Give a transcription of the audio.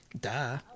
Duh